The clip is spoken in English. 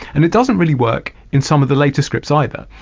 and it doesn't really work in some of the later scripts either.